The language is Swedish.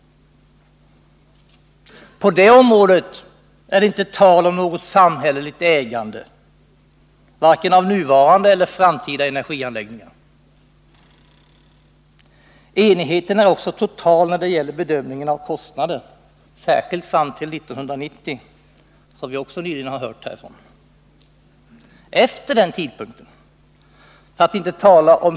På det området är det inte tal om något samhälleligt ägande av vare sig nuvarande eller framtida energianläggningar. Enigheten är också total när det gäller bedömningen av kostnader, särskilt fram till 1990, vilket vi nyligen har hört från denna talarstol.